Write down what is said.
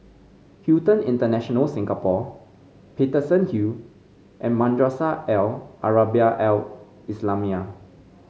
Hilton International Singapore Paterson Hill and Madrasah Al Arabiah Al Islamiah